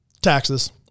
taxes